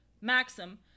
Maxim